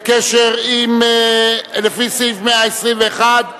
לפי סעיף 121,